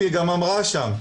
והיא גם אמרה שם,